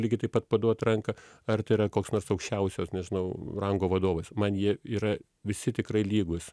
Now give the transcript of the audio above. lygiai taip pat paduot ranką ar tai yra koks nors aukščiausios nežinau rango vadovas man jie yra visi tikrai lygūs